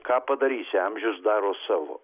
ką padarysi amžius daro savo